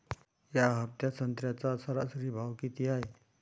या हफ्त्यात संत्र्याचा सरासरी भाव किती हाये?